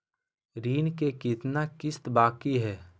ऋण के कितना किस्त बाकी है?